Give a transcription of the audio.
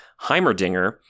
Heimerdinger